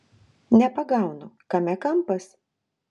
nepagaunu kame kampas